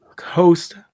host